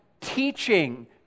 teaching